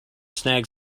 snag